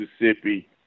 Mississippi